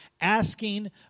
asking